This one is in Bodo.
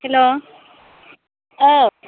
हेल्ल' औ